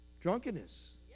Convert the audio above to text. Drunkenness